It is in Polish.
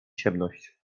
ciemność